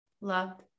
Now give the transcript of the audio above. loved